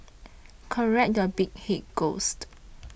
correct your big head ghost